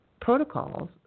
protocols